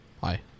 Bye